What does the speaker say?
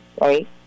right